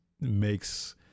makes